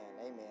Amen